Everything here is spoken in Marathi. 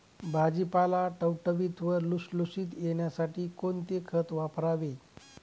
भाजीपाला टवटवीत व लुसलुशीत येण्यासाठी कोणते खत वापरावे?